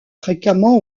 fréquemment